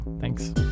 Thanks